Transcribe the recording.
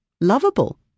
lovable